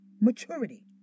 maturity